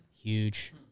Huge